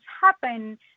happen